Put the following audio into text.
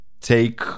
take